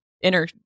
inner